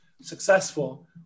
successful